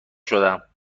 شدم